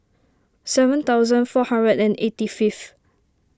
seven thousand four hundred and eighty fifth